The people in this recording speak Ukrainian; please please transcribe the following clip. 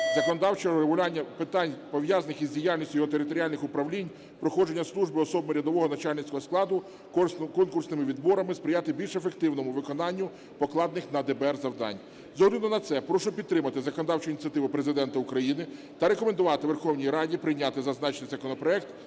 законодавчого врегулювання питань, пов'язаних із діяльністю його територіальних управлінь, проходження служби особами рядового, начальницького складу, конкурсними відборами, сприяти більш ефективному виконанню покладених на ДБР завдань. З огляду на це, прошу підтримати законодавчу ініціативу президента України та рекомендувати Верховній Раді прийняти зазначений законопроект